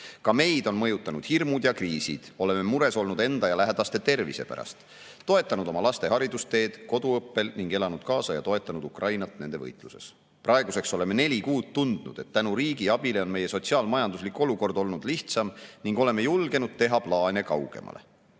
Ka meid on mõjutanud hirmud ja kriisid. Oleme mures olnud enda ja lähedaste tervise pärast, toetanud oma laste haridusteed koduõppel ning elanud kaasa ja toetanud Ukrainat nende võitluses. Praeguseks oleme neli kuud tundnud, et tänu riigi abile on meie sotsiaal-majanduslik olukord olnud lihtsam ning oleme julgenud teha plaane kaugemale."